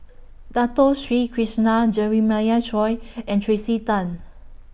Dato Sri Krishna Jeremiah Choy and Tracey Tan